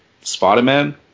Spider-Man